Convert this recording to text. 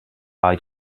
eye